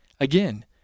again